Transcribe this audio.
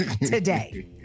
today